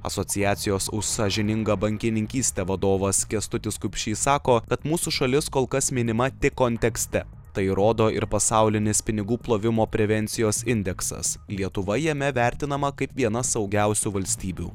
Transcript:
asociacijos už sąžiningą bankininkystę vadovas kęstutis kupšys sako kad mūsų šalis kol kas minima tik kontekste tai rodo ir pasaulinės pinigų plovimo prevencijos indeksas lietuva jame vertinama kaip viena saugiausių valstybių